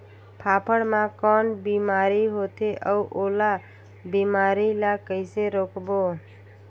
फाफण मा कौन बीमारी होथे अउ ओला बीमारी ला कइसे रोकबो?